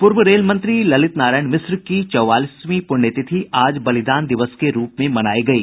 पूर्व रेल मंत्री ललित नारायण मिश्न की चौवालीसवीं पुण्यतिथि आज बलिदान दिवस के रूप में मनायी गयी